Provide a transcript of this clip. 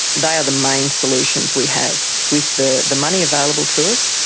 they are the main solutions we have. with the the money available to us,